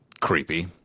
creepy